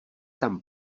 tam